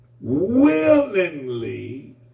willingly